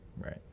Right